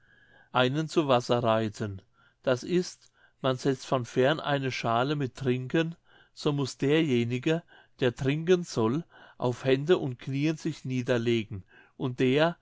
einen zu wasser reiten das ist man setzt von fern eine schale mit trinken so muß derjenige der trinken soll auf hände und kniee sich niederlegen und der